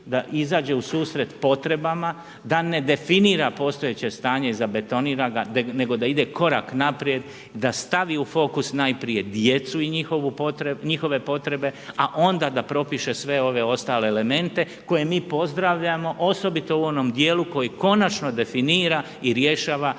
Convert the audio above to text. da izađe u susret potrebama, da ne definira postojeće stanje i zabetonira ga nego da ide korak naprijed, da stavi u fokus najprije djecu i njihove potrebe a onda da propiše sve ove ostale elemente koje mi pozdravljamo osobito u onom djelu koji konačno definira i rješava status